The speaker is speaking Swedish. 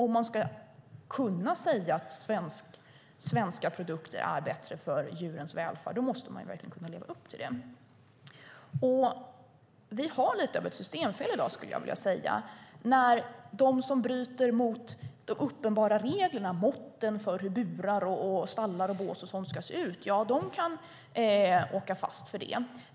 Om man ska kunna säga att svenska produkter är bättre för djurens välfärd måste man verkligen också leva upp till det. Vi har i dag lite av ett systemfel, skulle jag vilja säga. Den som bryter mot de uppenbara reglerna, såsom måtten för burar, stallar och bås, kan åka fast för det.